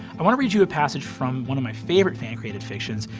i wanna read you a passage from one of my favorite fan-created fictions,